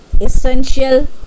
essential